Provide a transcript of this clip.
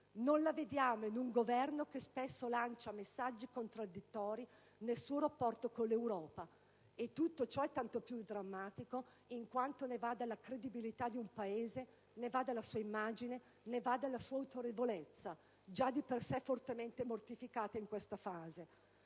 Non la vediamo in un Governo che spesso lancia messaggi contraddittori nel suo rapporto con l'Europa. E tutto ciò è tanto più drammatico in quanto ne va della credibilità del Paese, ne va della sua immagine, ne va della sua autorevolezza (già di per sé fortemente mortificate in questa fase).